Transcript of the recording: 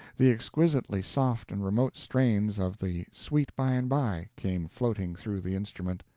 the exquisitely soft and remote strains of the sweet by-and-by came floating through the instrument.